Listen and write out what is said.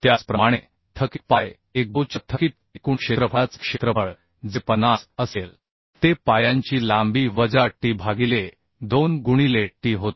त्याचप्रमाणे थकित पाय Ago च्या थकित एकूण क्षेत्रफळाचे क्षेत्रफळ जे 50 असेल ते पायांची लांबी वजा t भागिले 2 गुणिले t होते